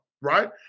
right